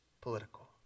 political